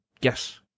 yes